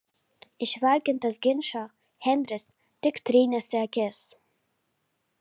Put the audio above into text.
išvargintas ginčo henris tik trynėsi akis